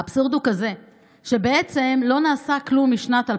האבסורד הוא כזה שבעצם לא נעשה מ-2012,